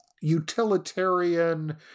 utilitarian